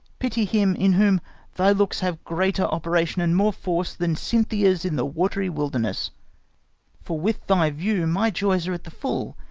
pity him in whom thy looks have greater operation and more force than cynthia's in the watery wilderness for with thy view my joys are at the full,